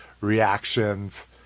reactions